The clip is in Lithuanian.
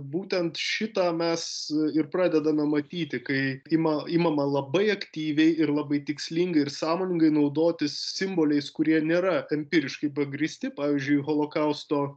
būtent šitą mes ir pradedame matyti kai ima imama labai aktyviai ir labai tikslingai ir sąmoningai naudotis simboliais kurie nėra empiriškai pagrįsti pavyzdžiui holokausto